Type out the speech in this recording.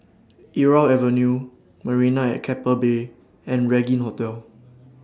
Irau Avenue Marina At Keppel Bay and Regin Hotel